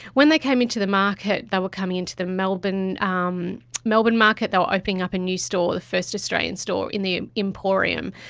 when they came into the market they were coming into the melbourne um melbourne market, they were opening up a new store, the first australian store, in the emporium,